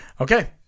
Okay